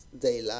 Daylight